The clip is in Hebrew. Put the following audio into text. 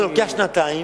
זה לוקח שנתיים.